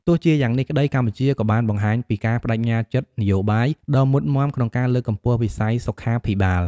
ទោះជាយ៉ាងនេះក្តី កម្ពុជាក៏បានបង្ហាញពី ការប្តេជ្ញាចិត្តនយោបាយ ដ៏មុតមាំក្នុងការលើកកម្ពស់វិស័យសុខាភិបាល។